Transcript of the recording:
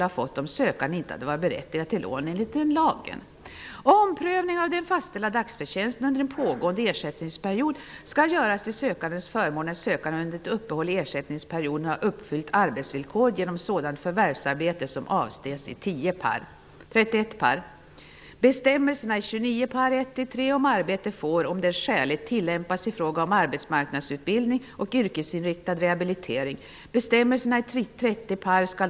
Man tiger om de obehagliga följderna av förslagen. Man talar bara om de positiva effekterna för en liten grupp och inte om de negativa effekter som drabbar en betydligt större grupp. Det som hittills kommit fram räcker dock för att jag skall kunna konstatera följande: Vi säger nej till att nu ändra ersättningsperioden. Vi säger alltså nej 300 plus 300 dagar.